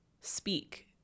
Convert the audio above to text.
speak